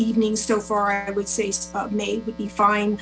evening so far i would say may be fine